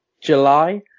July